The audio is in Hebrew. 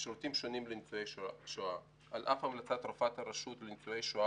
שירותים שונים לניצולי שואה על אף המלצת רופאת הרשות לניצולי שואה